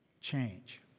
change